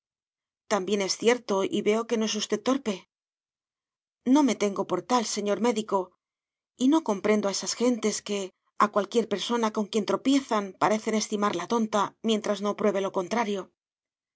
también es cierto y veo que no es usted torpe no me tengo por tal señor médico y no comprendo a esas gentes que a cualquier persona con quien tropiezan parecen estimarla tonta mientras no pruebe lo contrario